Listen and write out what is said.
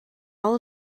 all